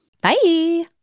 Bye